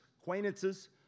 acquaintances